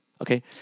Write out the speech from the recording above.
Okay